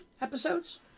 episodes